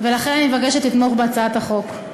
לכן אני מבקשת לתמוך בהצעת החוק.